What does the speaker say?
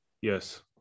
Yes